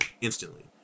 instantly